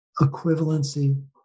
equivalency